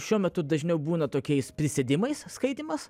šiuo metu dažniau būna tokiais prisėdimais skaitymas